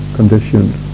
conditioned